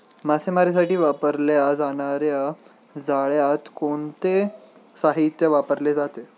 मासेमारीसाठी वापरल्या जाणार्या जाळ्यात कोणते साहित्य वापरले जाते?